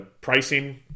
pricing